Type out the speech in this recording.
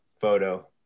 photo